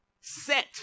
set